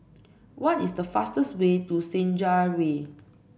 what is the fastest way to Senja Way